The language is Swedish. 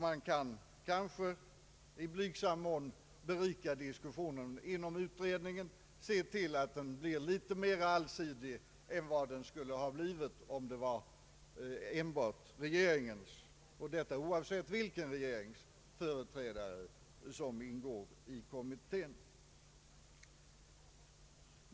Man kan kanske i blygsam mån berika diskussionen inom utredningen och se till att den blir litet mera allsidig än vad den skulle ha blivit om enbart regeringens — oavsett vilken regering det är — företrädare skulle ingå i kommittén.